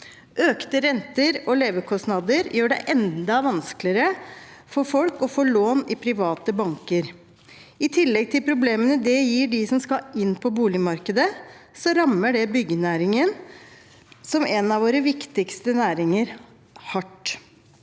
Økte renter og levekostnader gjør det enda vanskeligere for folk å få lån i private banker. I tillegg til problemene det gir dem som skal inn på boligmarkedet, rammer det byggenæringen, som er en av våre viktigste næringer, hardt.